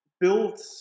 built